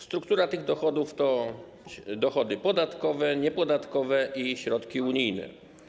Struktura tych dochodów to dochody podatkowe, niepodatkowe i środki unijne.